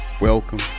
welcome